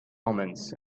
omens